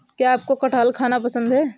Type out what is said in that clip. क्या आपको कठहल खाना पसंद है?